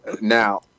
Now